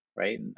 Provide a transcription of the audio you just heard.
Right